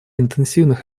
интенсивных